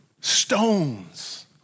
stones